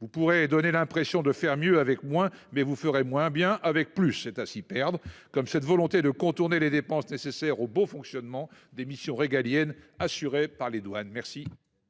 vous pourrez donner l'impression de faire mieux avec moins. Mais vous ferez moins bien avec plus c'est ainsi perdre comme cette volonté de contourner les dépenses nécessaires au bon fonctionnement des missions régaliennes assuré par les douanes. Merci.